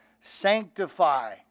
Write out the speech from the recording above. sanctify